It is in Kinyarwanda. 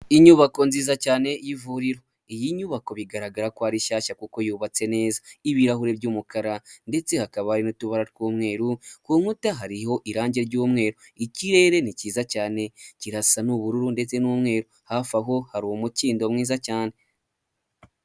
Inyubako nziza cyane y'ivuriro iyi nyubako bigaragara ko ari shyashya kuko yubatse neza ibirahuri by'umukara ndetse hakaba hari utubara tw'umweru ku nkuta hariho irangi ry'umweru ikirere ni cyiza cyane, kirasa n'ubururu ndetse n'umweru, hafi aho hari umukindo mwiza cyane.